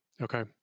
Okay